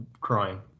crying